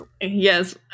Yes